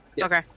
Okay